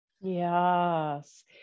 Yes